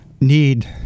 need